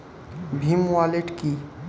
Bhim wallet কি?